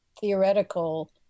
theoretical